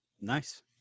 Nice